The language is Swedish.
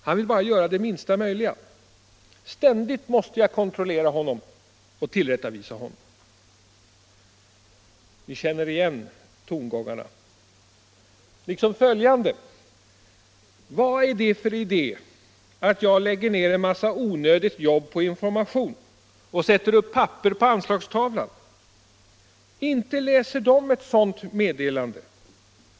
Han vill bara göra det minsta möjliga. Ständigt måste jag kontrollera honom och tillrättavisa honom.” Vi känner igen de tongångarna, liksom följande: ”Vad är det för idé att jag lägger ned en massa onödigt jobb på information och sätter upp papper på anslagstavlan? Inte läser de ett sådant meddelande.